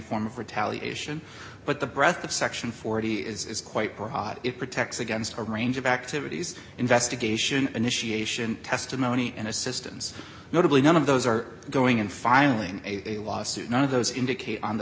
form of retaliation but the breath of section forty he is quite poor hot it protects against a range of activities investigation initiation testimony and assistance notably none of those are going and filing a lawsuit none of those indicate on the